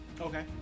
Okay